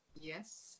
Yes